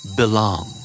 belong